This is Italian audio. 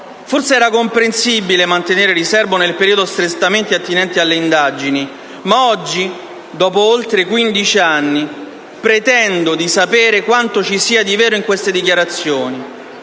Forse era comprensibile mantenere riserbo nel periodo strettamente attinente alle indagini, ma oggi, dopo oltre quindici anni, pretendo di sapere quanto ci sia di vero in queste dichiarazioni.